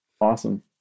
Awesome